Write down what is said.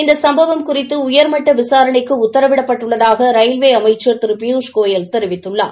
இநத சும்பவம் குறித்து உயர்மட்ட விசாரணைக்கு உத்தரவிடப்பட்டுள்ளதாக ரயில்வே அமைச்ச் திரு பியூஷ் கோயல் தெரிவித்துள்ளார்